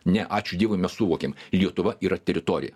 ne ačiū dievui mes suvokėm lietuva yra teritorija